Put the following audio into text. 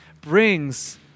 brings